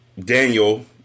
Daniel